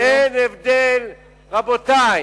אין הבדל, רבותי.